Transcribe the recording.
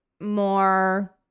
more